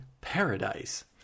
paradise